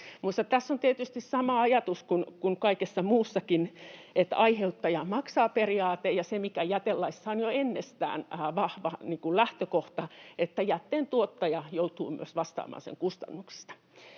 Tässä on tietysti sama ajatus kuin kaikessa muussakin, aiheuttaja maksaa ‑periaate ja se, mikä jätelaissa on jo ennestään vahva lähtökohta, että jätteen tuottaja joutuu vastaamaan myös sen kustannuksista.